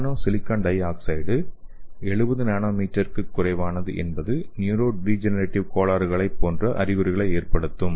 நானோ silicon dioxide 70nm என்பது neurodegenerative கோளாறுகளைப் போன்ற அறிகுறிகளை ஏற்படுத்தும்